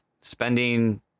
spending